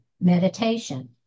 meditation